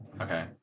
okay